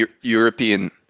European